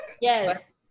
Yes